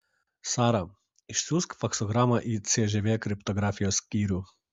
sara išsiųsk faksogramą į cžv kriptografijos skyrių